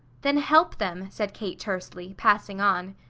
then help them, said kate tersely, passing on.